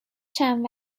چند